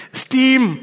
steam